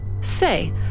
say